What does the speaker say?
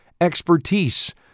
expertise